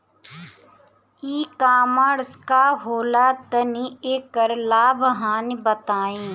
ई कॉमर्स का होला तनि एकर लाभ हानि बताई?